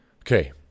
Okay